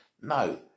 No